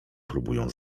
próbują